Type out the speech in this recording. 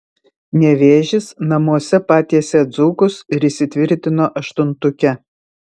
nevėžis namuose patiesė dzūkus ir įsitvirtino aštuntuke